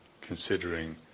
considering